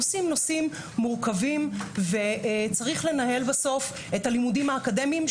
הנושאים מורכבים וצריך לנהל בסוף את הלימודים האקדמיים,